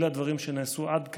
אלה הדברים שנעשו עד כאן.